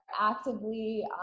actively